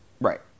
Right